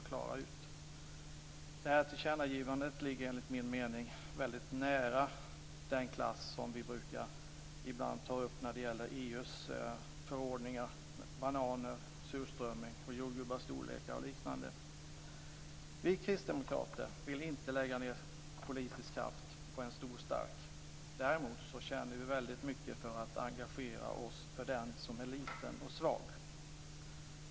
Det här tillkännagivandet ligger enligt min mening väldigt nära den klass som vi ibland brukar ta upp när det gäller EU:s förordningar om bananer, surströmming, jordgubbars storlek och liknande. Vi kristdemokrater vill inte lägga ned politisk kraft på "en stor stark". Däremot känner vi väldigt mycket för att engagera oss för den som är liten och svag.